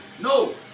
No